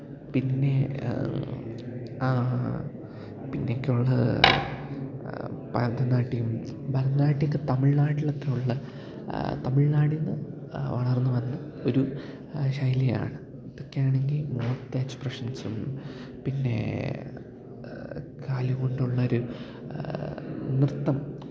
പിന്നെ പിന്നെ ഒക്കെ ഉള്ളത് ഭരതനാട്യം ഭരതനാട്യമൊക്കെ തമിഴ്നാട്ടിലൊക്കെ ഉള്ള തമിഴ്നാട്ടിൽ നിന്ന് വളർന്ന് വന്ന ഒരു ശൈലിയാണ് ഇതൊക്കെയാണെങ്കിൽ മുഖത്തെ എക്സ്പ്രഷൻസും പിന്നെ കാല് കൊണ്ടൊള്ളൊരു നൃത്തം